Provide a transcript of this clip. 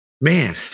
man